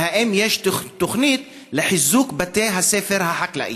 והאם יש תוכנית לחיזוק בתי הספר החקלאיים?